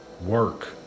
work